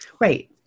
Right